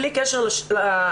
בלי קשר לקורונה,